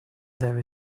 there